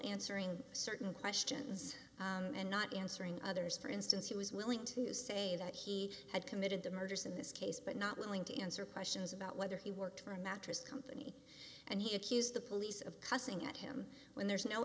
answering certain questions and not answering others for instance he was willing to say that he had committed the murders in this case but not willing to answer questions about whether he worked for a mattress company and he accused the police of cussing at him when there's no